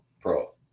pro